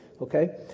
Okay